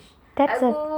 that's a